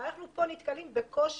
אנחנו כאן נתקלים בקושי,